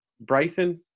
Bryson